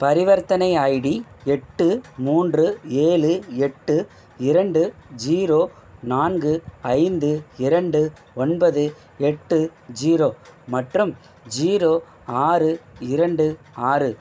பரிவர்த்தனை ஐடி எட்டு மூன்று ஏழு எட்டு இரண்டு ஜீரோ நான்கு ஐந்து இரண்டு ஒன்பது எட்டு ஜீரோ மற்றும் ஜீரோ ஆறு இரண்டு ஆறு